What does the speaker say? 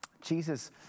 Jesus